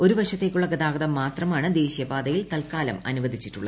ഒരു വശത്തേക്കുള്ള ഗതാഗതം മാത്രമാണ് ദേശീയപാതയിൽ തൽക്കാലം അനുവദിച്ചിട്ടുള്ളത്